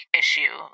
issue